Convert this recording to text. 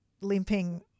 limping